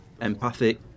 empathic